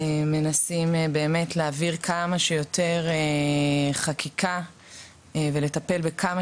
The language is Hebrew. מנסים להעביר כמה שיותר חקיקה ולטפל בכמה